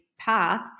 path